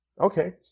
okay